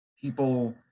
people